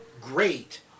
great